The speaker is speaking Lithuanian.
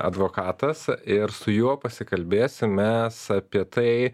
advokatas ir su juo pasikalbėsim mes apie tai